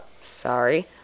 sorry